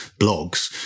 blogs